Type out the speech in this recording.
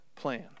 plan